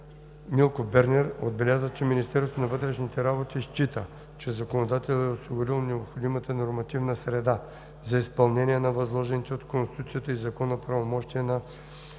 Милко Бернер отбеляза, че Министерството на вътрешните работи счита, че законодателят е осигурил необходимата нормативна среда за изпълнение на възложените от Конституцията и законите правомощия на